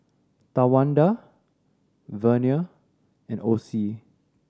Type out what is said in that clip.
Tawanda Vernia and Ossie